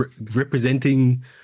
representing